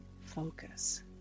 focus